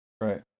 Right